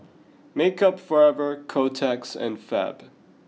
Makeup Forever Kotex and Fab